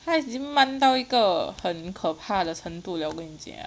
它已经慢到一个很可怕的程度 liao 我跟你讲